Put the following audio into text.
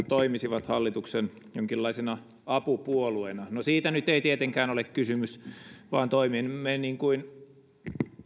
toimisivat jonkinlaisena hallituksen apupuolueena no siitä nyt ei tietenkään ole kysymys vaan toimimme niin kuin